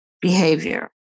behavior